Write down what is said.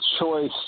choice